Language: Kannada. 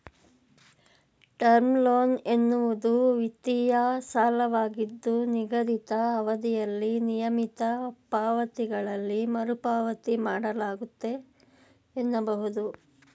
ಟರ್ಮ್ ಲೋನ್ ಎನ್ನುವುದು ವಿತ್ತೀಯ ಸಾಲವಾಗಿದ್ದು ನಿಗದಿತ ಅವಧಿಯಲ್ಲಿ ನಿಯಮಿತ ಪಾವತಿಗಳಲ್ಲಿ ಮರುಪಾವತಿ ಮಾಡಲಾಗುತ್ತೆ ಎನ್ನಬಹುದು